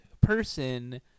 person